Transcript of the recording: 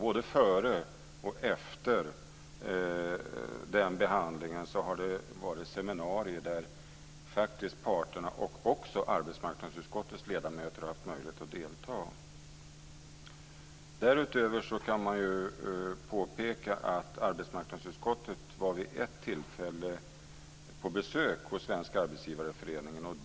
Både före och efter denna behandling har det varit seminarier där parterna och också arbetsmarknadsutskottets ledamöter har haft möjlighet att delta. Därutöver vill jag påpeka att arbetsmarknadsutskottet vid ett tillfälle var på besök hos Svenska Arbetsgivareföreningen.